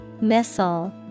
Missile